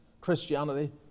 Christianity